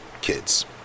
kids